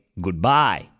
goodbye